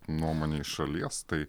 nuomonė iš šalies tai